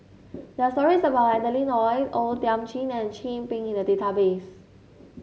there are stories about Adeline Ooi O Thiam Chin and Chin Peng in the database